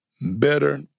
better